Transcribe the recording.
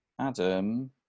Adam